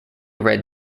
red